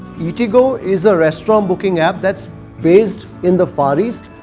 eatigo is a restaurant booking app that's based in the far east.